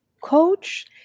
coach